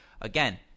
again